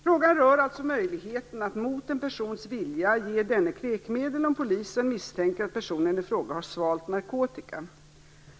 Frågan rör alltså möjligheten att mot en persons vilja ge denne kräkmedel om polisen misstänker att personen i fråga har svalt narkotika.